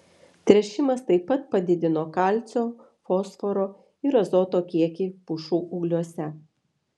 tręšimas taip pat padidino kalcio fosforo ir azoto kiekį pušų ūgliuose